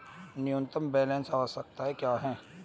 न्यूनतम बैलेंस आवश्यकताएं क्या हैं?